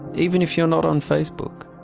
even if you're not on facebook.